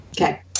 Okay